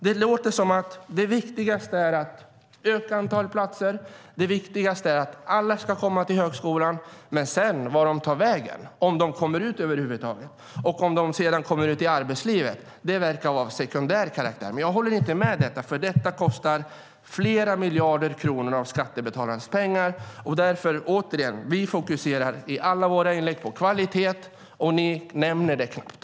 Det låter som om det viktigaste är att öka antalet platser och att alla ska komma till högskolan, men vart de sedan tar vägen, om de över huvud taget kommer ut och om de kommer ut i arbetslivet, verkar vara av sekundär karaktär. Jag håller inte med i detta. Det kostar flera miljarder av skattebetalarnas pengar. Vi fokuserar i alla våra inlägg på kvalitet. Ni nämner det knappt.